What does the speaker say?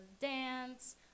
dance